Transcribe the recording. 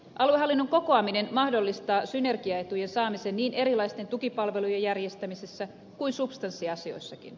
aluehallinnon kokoaminen mahdollistaa synergiaetujen saamisen niin erilaisten tukipalvelujen järjestämisessä kuin substanssiasioissakin